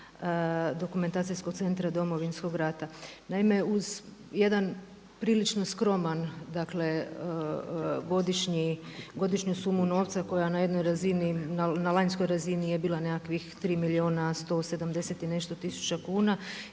Dokumentacijskog centra Domovinskog rata. Naime, uz jedan prilično skroman, dakle godišnju sumu novca koja na jednoj razini, na lanjskoj razini je bila nekakvih 3 milijuna 170 i nešto tisuća kuna